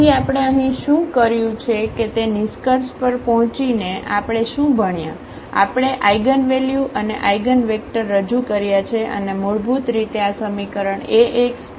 તેથી આપણે અહીં શું કર્યું છે તે નિષ્કર્ષ પર પહોંચીને આપણે શું ભણ્યા આપણે આઇગનવેલ્યુ અને આઇગનવેક્ટર રજૂ કર્યા છે અને મૂળભૂત રીતે આ સમીકરણ Axλx